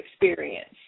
experience